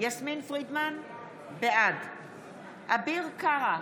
יסמין פרידמן, בעד אביר קארה,